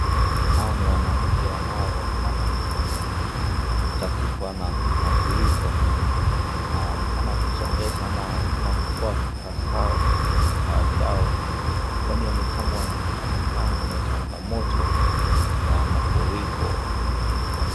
Hao ni wananchi wanaonekana kutatizwa na mafuriko, wanaonekana kusongesha ama wanaoenekana kutoa vifaa zao, vifaa vyao kwani wamekaa wana changamoto ya mafuriko katika.